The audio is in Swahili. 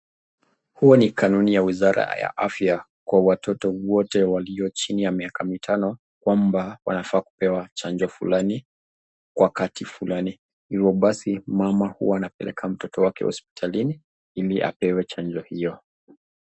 Huo ni kanuni ya wizara ya afya kwa watoto wote walio chini ya miaka mitano kwamba wanafaa kupewa chanjo fulani kwa wakati fulani. Kwa hiyo basi, mama huwa anapeleka mtoto wake hospitalini ili apewe chanjo hiyo.